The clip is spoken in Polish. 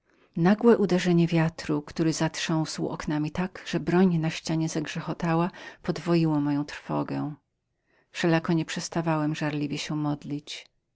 nagłe uderzenie wiatru który zatrząsł oknami tak że broń na ścianie zagrzegotała podwoiło moją trwogę wszelako nie przestawałem żarliwie się modlić